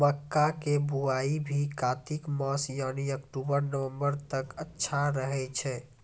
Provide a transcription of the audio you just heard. मक्का के बुआई भी कातिक मास यानी अक्टूबर नवंबर तक अच्छा रहय छै